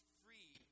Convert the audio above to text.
free